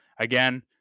again